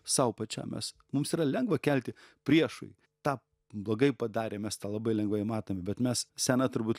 sau pačiam mes mums yra lengva kelti priešui tą blogai padarė mes tą labai lengvai matome bet mes sena turbūt